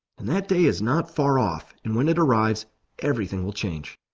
and that day is not far off, and when it arrives everything will change.